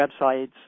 websites